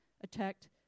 attacked